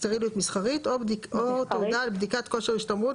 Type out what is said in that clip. סטריליות מסחרית או תעודה על בדיקת כושר השתמרות